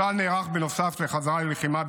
צה"ל נערך בנוסף לחזרה ללחימה,